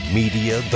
media